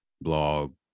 blog